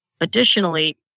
Additionally